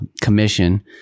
commission